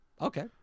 Okay